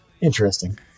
Interesting